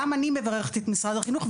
גם אני מברכת את משרד החינוך,